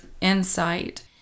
insight